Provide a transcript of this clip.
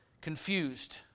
confused